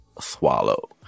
swallow